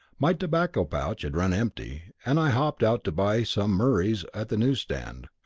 my tobacco pouch had run empty, and i hopped out to buy some murray's at the newsstand.